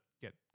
get